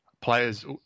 Players